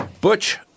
Butch